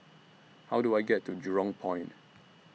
How Do I get to Jurong Point